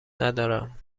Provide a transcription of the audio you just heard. ندارم